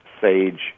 sage